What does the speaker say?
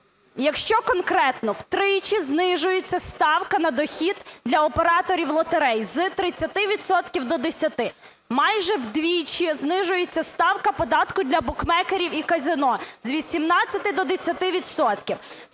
Якщо конкретно, втричі знижується ставка на дохід для операторів лотерей: з 30 відсотків до 10. Майже вдвічі знижується ставка податку для букмекерів і казино: з 18 до 10